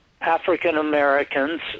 African-Americans